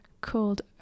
called